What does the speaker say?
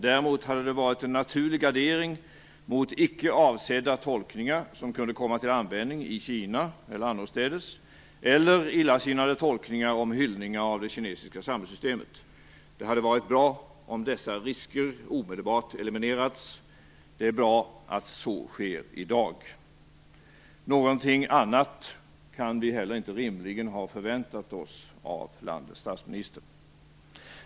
Däremot hade det varit en naturlig gardering mot icke avsedda tolkningar som kunde komma till användning i Kina eller annorstädes eller illasinnade tolkningar om hyllningar av det kinesiska samhällssystemet. Det hade varit bra om dessa risker omedelbart hade eliminerats. Det är bra att så sker i dag. Någonting annat kan vi inte heller rimligen ha förväntat oss av landets statsminister.